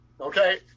Okay